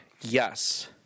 Yes